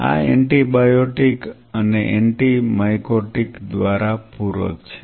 આ એન્ટીબાયોટીક અને antimycotic દ્વારા પૂરક છે